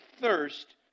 thirst